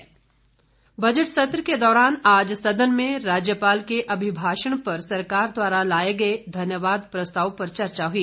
धन्यवाद प्रस्ताव बजट सत्र के दौरान आज सदन में राज्यपाल के अभिभाषण पर सरकार द्वारा लाए गए धन्यवाद प्रस्ताव पर चर्चा शुरू हुई